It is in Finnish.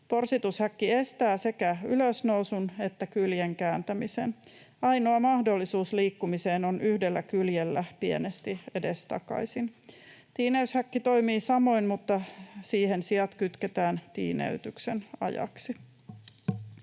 Porsitushäkki estää sekä ylösnousun että kyljen kääntämisen. Ainoa mahdollisuus liikkumiseen on yhdellä kyljellä pienesti edestakaisin. Tiineyshäkki toimii samoin, mutta siihen siat kytketään tiineytyksen ajaksi.